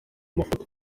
mafoto